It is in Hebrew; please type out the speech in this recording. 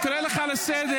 אני קורא לך לסדר.